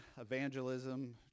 evangelism